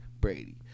Brady